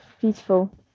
Beautiful